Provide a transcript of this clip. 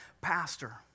pastor